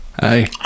hey